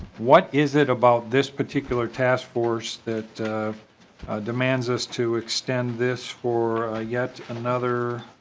what is it about this particular task force that commands us to extend this for yet another